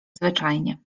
zwyczajnie